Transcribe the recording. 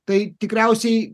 tai tikriausiai